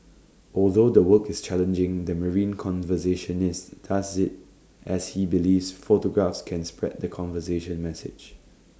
although the work is challenging the marine conservationist does IT as he believes photographs can spread the conservation message